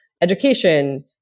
education